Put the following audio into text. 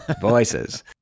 voices